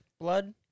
blood